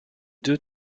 deux